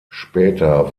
später